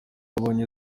yabonye